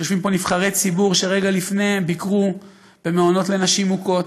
יושבים פה נבחרי ציבור שרגע לפני הם ביקרו במעונות לנשים מוכות,